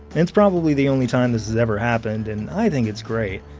it's probably the only time this has ever happened, and i think it's great.